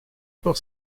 pour